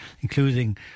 including